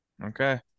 Okay